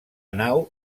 nau